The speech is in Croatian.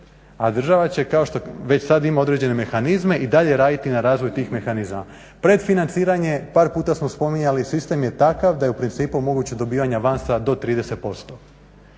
a država će kao što već sad ima određene mehanizme i dalje raditi na razvoju tih mehanizama. Pretfinanciranje, par puta smo spominjali sistem je takav da je u principu moguće dobivanje avansa do 30%